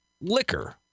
liquor